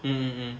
mm mm mm